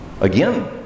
Again